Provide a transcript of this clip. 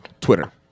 Twitter